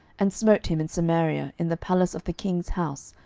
and smote him in samaria, in the palace of the king's house,